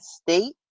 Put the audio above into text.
state